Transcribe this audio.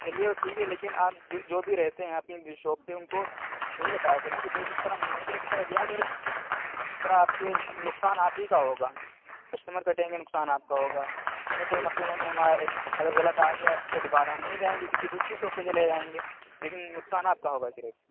چلیے وہ ٹھیک ہے لیکن آپ جو بھی رہتے ہیں آپ کی شاپ پہ ان کو صحیح بتایا کریں کہ جو جس طرح مانگا کرے اس طرح دیا کریں اس طرح آپ کے نقصان آپ ہی کا ہوگا کسمٹر کٹیں گے نقصان آپ کا ہوگا ہمیں کوئی مسئلہ نہیں ہمارا اگر غلط آ گیا تو دوبارہ ہم نہیں جائیں گے کسی دوسری شاپ پہ چلے جائیں گے لیکن نقصان آپ کا ہوگا صرف